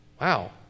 Wow